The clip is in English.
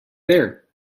there